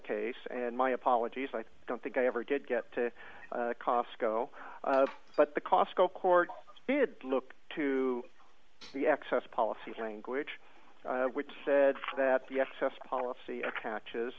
case and my apologies i don't think i ever did get to costco but the costco court did look to the excess policy language which said that the s s policy attaches